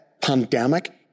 pandemic